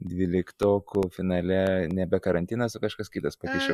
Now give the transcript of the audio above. dvyliktokų finale nebe karantinas o kažkas kitas pakišo